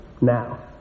now